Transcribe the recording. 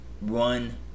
run